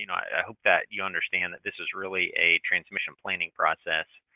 i hope that you understand that this is really a transmission planning process.